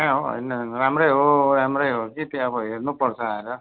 कहाँ हो होइन राम्रै हो राम्रै हो कि त्यो अब हेर्नु पर्छ आएर